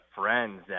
friends